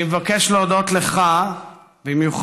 אני מבקש להודות לך במיוחד,